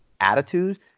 attitude